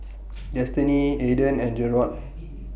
Destinee Aedan and Jerrod